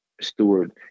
steward